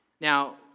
Now